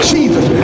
Jesus